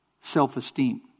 self-esteem